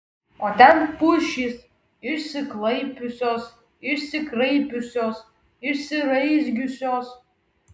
o ten pušys išsiklaipiusios išsikraipiusios išsiraizgiusios